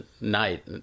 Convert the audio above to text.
night